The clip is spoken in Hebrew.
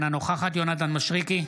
אינה נוכחת יונתן מישרקי,